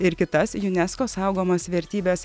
ir kitas junesko saugomas vertybes